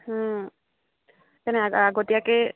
তেনে আগ আগতীয়াকৈ